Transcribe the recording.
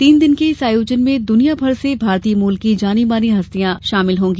तीन दिन के इस आयोजन में दुनिया भर से भारतीय मूल की जानी मानी हस्तियां शामिल होंगी